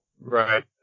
Right